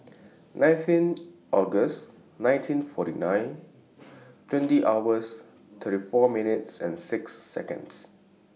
nineteen August nineteen forty nine twenty hours thirty four minutes six Seconds